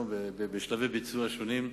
בשלבי ביצוע שונים.